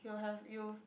you'll have youth